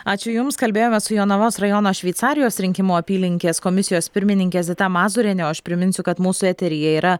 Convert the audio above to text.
ačiū jums kalbėjome su jonavos rajono šveicarijos rinkimų apylinkės komisijos pirmininke zita mazūriene aš priminsiu kad mūsų eteryje yra